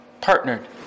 partnered